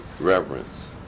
reverence